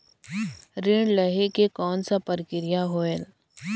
ऋण लहे के कौन का प्रक्रिया होयल?